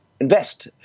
invest